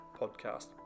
podcast